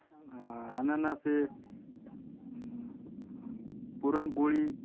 अनारसे पुरणपोळी